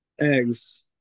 Eggs